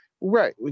Right